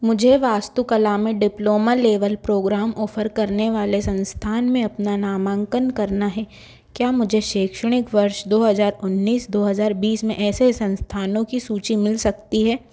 मुझे वास्तुकला में डिप्लोमा लेवल प्रोग्राम ओफ़र करने वाले संस्थान में अपना नामांकन करना है क्या मुझे शेक्षणिक वर्ष दो हज़ार उन्नीस दो हज़ार बीस में ऐसे संस्थानों की सूची मिल सकती है